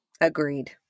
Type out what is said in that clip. Agreed